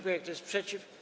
Kto jest przeciw?